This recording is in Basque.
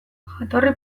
jatorri